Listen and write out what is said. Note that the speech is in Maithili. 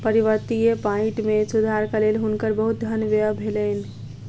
पर्वतीय माइट मे सुधारक लेल हुनकर बहुत धन व्यय भेलैन